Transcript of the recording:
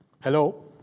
Hello